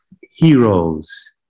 Heroes